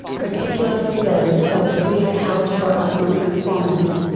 particularly those hopes we had held for our own performance.